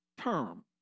term